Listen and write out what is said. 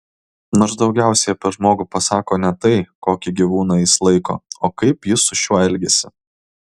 nors daugiausiai apie žmogų pasako ne tai kokį gyvūną jis laiko o kaip jis su šiuo elgiasi